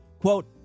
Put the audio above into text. Quote